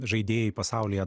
žaidėjai pasaulyje